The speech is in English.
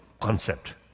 concept